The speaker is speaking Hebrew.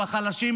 בחלשים,